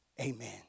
amen